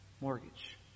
mortgage